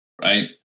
right